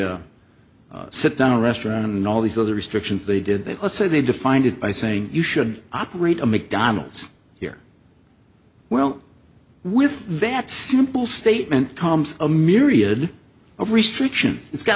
a sit down restaurant and all these other restrictions they did that let's say they defined it by saying you should operate a mcdonald's here well with that simple statement comes a myriad of restrictions it's got